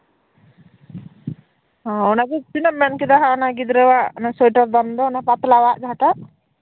ᱚᱱᱟᱜᱮ ᱛᱤᱱᱟᱹᱜ ᱮᱢ ᱢᱮᱱᱠᱮᱫᱟ ᱜᱤᱫᱽᱨᱟᱹ ᱟᱜ ᱥᱳᱭᱮᱴᱟᱨ ᱯᱟᱛᱞᱟ ᱟᱜ ᱡᱟᱸᱦᱟᱴᱟᱜ